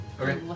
Okay